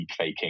deepfaking